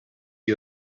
you